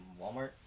walmart